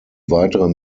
weitere